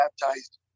baptized